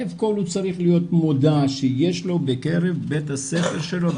אלף כל הוא צריך להיות מודע שיש לו בקרב בית הספר שלו,